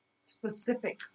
specific